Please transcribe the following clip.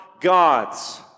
God's